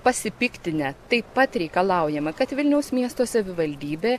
pasipiktinę taip pat reikalaujama kad vilniaus miesto savivaldybė